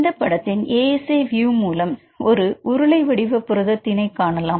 இந்தப் படத்தின் ASAView மூலம் ஒரு உருளை வடிவ புரததினை காணலாம்